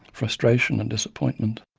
frustration and disappointment?